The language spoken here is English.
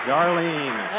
Darlene